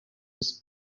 with